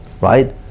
right